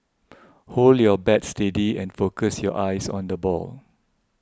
hold your bat steady and focus your eyes on the ball